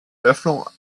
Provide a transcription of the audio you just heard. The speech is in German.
öffnung